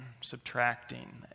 subtracting